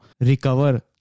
recover